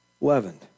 leavened